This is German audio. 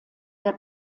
der